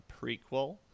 prequel